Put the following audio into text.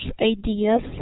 ideas